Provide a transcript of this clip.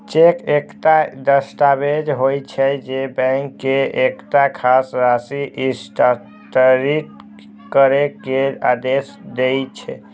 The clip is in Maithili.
चेक एकटा दस्तावेज होइ छै, जे बैंक के एकटा खास राशि हस्तांतरित करै के आदेश दै छै